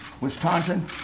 Wisconsin